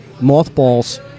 mothballs